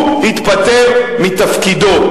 הוא התפטר מתפקידו.